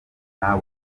nta